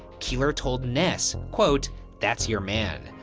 keeler told ness, that's your man.